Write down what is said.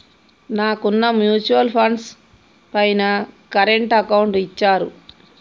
నాకున్న mutual funds పైన current account ఇచ్చారు